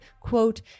quote